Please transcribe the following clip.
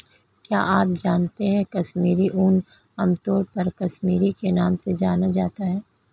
क्या आप जानते है कश्मीरी ऊन, आमतौर पर कश्मीरी के नाम से जाना जाता है?